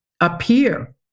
appear